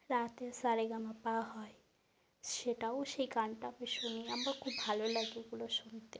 রাতে সারেগামাপা হয় সেটাও সেই গানটা আমি শুনি আমার খুব ভালো লাগে এগুলো শুনতে